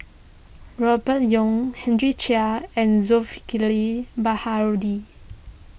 Robert Yeo Henry Chia and Zulkifli Baharudin